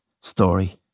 story